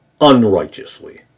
unrighteously